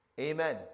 Amen